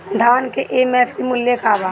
धान के एम.एफ.सी मूल्य का बा?